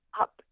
up